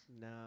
No